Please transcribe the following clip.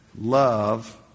love